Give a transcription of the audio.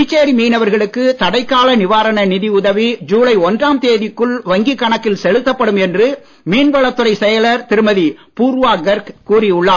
புதுச்சேரி மீனவர்களுக்கு தடை கால நிவாரண நிதி உதவி ஜுலை ஒன்றாம் தேதிக்குள் வங்கி கணக்கில் செலுத்தப்படும் என்று மீன்வளத் துறை செயலர் திருமதி பூர்வா கர்க் கூறி உள்ளார்